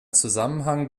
zusammenhang